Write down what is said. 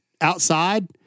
outside